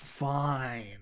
fine